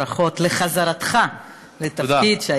ברכות לחזרתך לתפקיד,